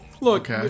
look